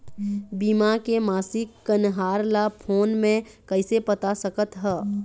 बीमा के मासिक कन्हार ला फ़ोन मे कइसे पता सकत ह?